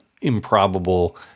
improbable